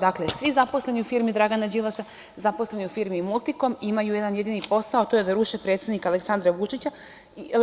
Dakle, svi zaposleni u firmi Dragana Đilasa, zaposleni u firmi "Multikom" imaju jedan jedini posao, da ruše predsednika Aleksandra Vučića,